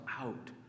out